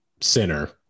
center